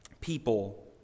People